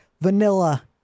vanilla